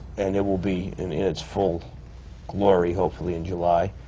and it will be in its full glory, hopefully, in july.